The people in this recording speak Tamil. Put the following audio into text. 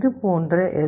இது போன்ற எல்